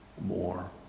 more